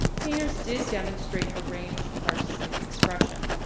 painters did demonstrate a range of artistic expression,